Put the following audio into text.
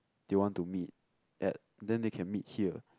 they want to meet at then they can meet here